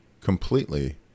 completely